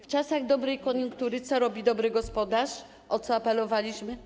W czasach dobrej koniunktury co robi dobry gospodarz, o co apelowaliśmy?